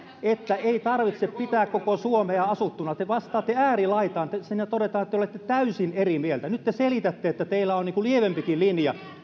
että ei tarvitse pitää koko suomea asuttuna te vastaatte äärilaitaan siinä todetaan että te olette täysin eri mieltä nyt te selitätte että teillä on lievempikin linja